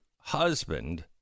husband